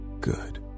good